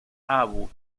abu